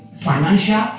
financial